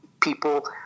people